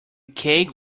cake